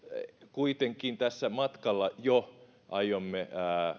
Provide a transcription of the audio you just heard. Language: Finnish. kuitenkin jo tässä matkalla aiomme